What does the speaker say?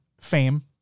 fame